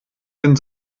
den